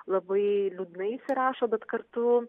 labai liūdnai įsirašo bet kartu